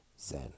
Zen